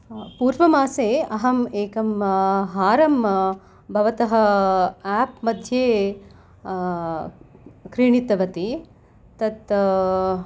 पूर्वमासे अहम् एकं हारं भवतः आप् मध्ये क्रीणितवती तत्